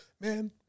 man